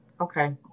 Okay